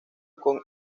con